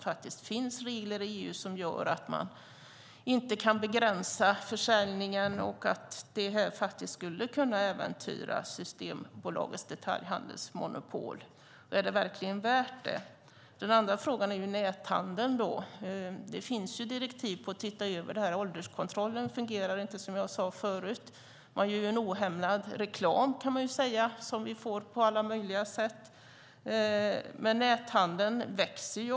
Det finns regler i EU som gör att man inte kan begränsa försäljningen, och detta skulle kunna äventyra Systembolagets detaljhandelsmonopol. Är det verkligen värt det? Den andra frågan gäller näthandeln. Det finns direktiv för att titta över detta. Ålderskontrollen fungerar inte, som jag sade förut. Det görs ohämmad reklam som vi får på alla möjliga sätt. Näthandeln växer.